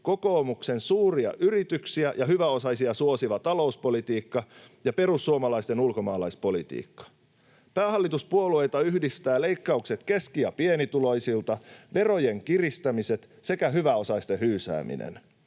kokoomuksen suuria yrityksiä ja hyväosaisia suosiva talouspolitiikka ja perussuomalaisten ulkomaalaispolitiikka. Päähallituspuolueita yhdistävät leikkaukset keski- ja pienituloisilta, verojen kiristämiset sekä hyväosaisten hyysääminen.